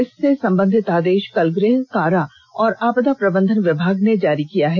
इससे सम्बन्धित आदेष कल गृह कारा और आपदा प्रबंधन विभाग ने जारी किया है